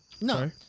No